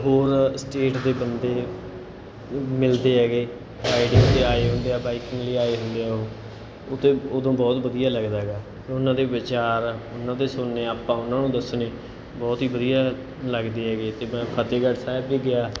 ਹੋਰ ਸਟੇਟ ਦੇ ਬੰਦੇ ਮਿਲਦੇ ਹੈਗੇ ਬਾਈਕਿੰਗ ਲਈ ਆਏ ਹੁੰਦੇ ਆ ਉਹ ਉੱਥੇ ਉਦੋਂ ਬਹੁਤ ਵਧੀਆ ਲੱਗਦਾ ਗਾ ਉਹਨਾਂ ਦੇ ਵਿਚਾਰ ਉਹਨਾਂ ਦੇ ਸੁਣਨੇ ਆਪਾਂ ਉਹਨਾਂ ਨੂੰ ਦੱਸਣੇ ਬਹੁਤ ਹੀ ਵਧੀਆ ਲੱਗਦੀ ਹੈਗੇ ਅਤੇ ਮੈਂ ਫਤਿਹਗੜ੍ਹ ਸਾਹਿਬ ਵੀ ਗਿਆ